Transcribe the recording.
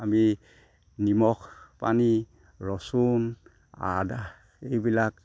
আমি নিমখ পানী ৰচুন আদা এইবিলাক